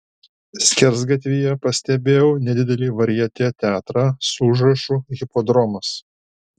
skersgatvyje pastebėjau nedidelį varjetė teatrą su užrašu hipodromas